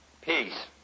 peace